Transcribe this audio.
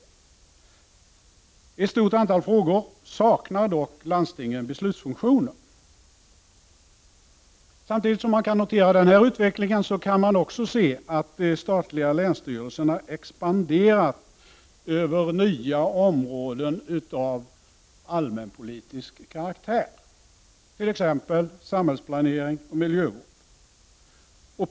I ett stort antal frågor saknar dock landstinget beslutsfunktioner. Samtidigt som man kan notera den här utvecklingen kan man också se att de statliga länsstyrelserna har expanderat över nya områden av allmänpolitisk karaktär, t.ex. samhällsplanering och miljövård.